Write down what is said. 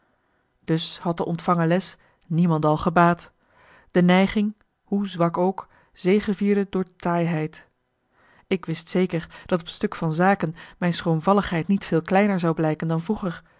dus had de ontvangen les niemendal gebaat de neiging hoe zwak ook zegevierde door taaiheid ik wist zeker dat op stuk van zaken mijn schroomvalligheid niet veel kleiner zou blijken dan vroeger